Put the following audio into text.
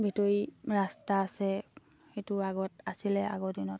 ভিতৰি ৰাস্তা আছে সেইটো আগত আছিলে আগৰ দিনত